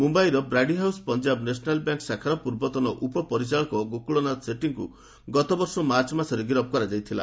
ମୁମ୍ବାଇର Brady House Punjab National Bank ଶାଖାର ପୂର୍ବତନ ଉପ ପରିଚାଳକ ଗୋକୁଳନାଥ ସେଟ୍ଟୀଙ୍କୁ ଗତବର୍ଷ ମାର୍ଚ୍ଚ ମାସରେ ଗିରଫ କରାଯାଇଥିଲା